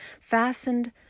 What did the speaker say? fastened